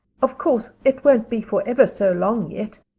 of course, it won't be for ever so long yet,